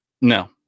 no